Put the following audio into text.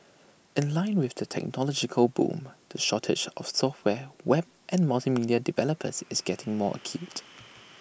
in line with the technological boom the shortage of software web and multimedia developers is getting more acute